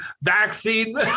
vaccine